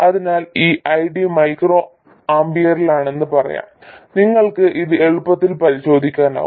അതിനാൽ ഈ ID micro ആമ്പിയറിലാണെന്ന് പറയാം നിങ്ങൾക്ക് ഇത് എളുപ്പത്തിൽ പരിശോധിക്കാനാകും